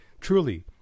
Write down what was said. Truly